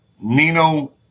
Nino